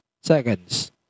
seconds